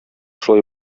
шулай